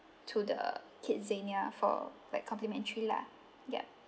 to the kidzania for like complimentary lah yup